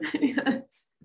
Yes